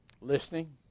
listening